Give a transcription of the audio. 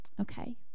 okay